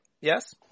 Yes